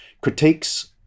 critiques